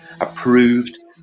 approved